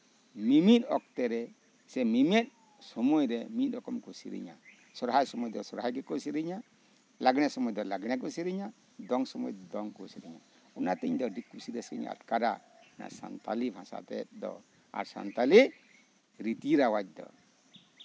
ᱢᱤᱢᱤᱫ ᱚᱠᱛᱮ ᱨᱮ ᱥᱮ ᱢᱤᱢᱤᱫ ᱥᱚᱢᱚᱭ ᱨᱮ ᱢᱤᱫ ᱨᱚᱠᱚᱢ ᱠᱚ ᱥᱤᱨᱤᱧᱟ ᱥᱚᱨᱦᱟᱭ ᱥᱚᱢᱚᱭ ᱫᱚ ᱥᱚᱨᱦᱟᱭ ᱜᱮᱠᱚ ᱥᱤᱨᱤᱧᱟ ᱞᱟᱜᱽᱬᱮ ᱥᱚᱢᱚᱭ ᱫᱚ ᱞᱟᱜᱽᱬᱮ ᱜᱮᱠᱚ ᱥᱮᱨᱮᱧᱟ ᱫᱚᱝ ᱥᱚᱢᱚᱭ ᱫᱚ ᱫᱚᱝ ᱠᱚ ᱥᱤᱨᱤᱧᱟ ᱚᱱᱟᱛᱮ ᱤᱧ ᱫᱚ ᱟᱹᱰᱤ ᱠᱩᱥᱤ ᱨᱟᱹᱥᱠᱟᱹᱧ ᱟᱴᱠᱟᱨᱟ ᱥᱟᱱᱛᱟᱞᱤ ᱵᱷᱟᱥᱟ ᱛᱮᱫᱚ ᱟᱨ ᱥᱟᱱᱛᱟᱞᱤ ᱨᱤᱛᱤ ᱨᱮᱣᱟᱡ ᱫᱚ